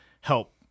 help